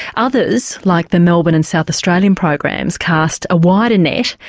others, like the melbourne and south australian programs, cast a wider net,